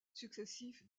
successifs